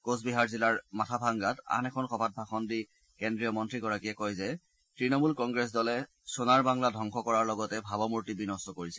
কোচবিহাৰ জিলাৰ মাথাভাংগাত আন এখন সভাত ভাষণ দি কেন্দ্ৰীয় মন্ৰীগৰাকীয়ে কয় যে তৃণমূল কংগ্ৰেছ দলে সোণাৰ বাংলা ধবংস কৰাৰ লগতে ভাৱমূৰ্তি বিনষ্ট কৰিছে